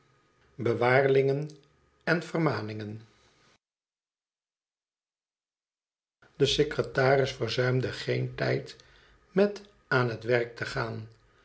en vermaningen de secretaris verzuimde geen tijd met aan het werk te gaan